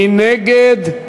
מי נגד?